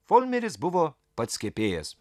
folmeris buvo pats kepėjas